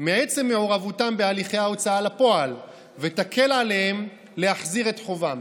מעצם מעורבותם בהליכי ההוצאה לפועל ותקל עליהם להחזיר את חובם.